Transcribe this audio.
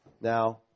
Now